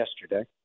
yesterday